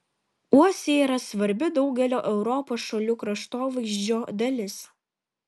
uosiai yra svarbi daugelio europos šalių kraštovaizdžio dalis